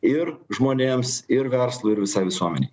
ir žmonėms ir verslui ir visa visuomenei